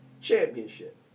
championship